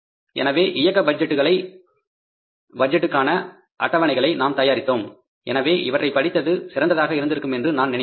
எனவே ஆப்பரேட்டிங் பட்ஜெட்டுக்கான அட்டவணைகளை நாம் தயாரித்தோம் எனவே இவற்றைப் படித்தது சிறந்ததாக இருந்திருக்கும் என்று நான் நினைக்கின்றேன்